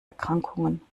erkrankungen